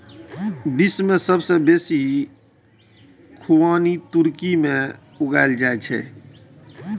विश्व मे सबसं बेसी खुबानी तुर्की मे उगायल जाए छै